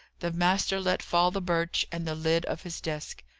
the master let fall the birch and the lid of his desk.